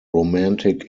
romantic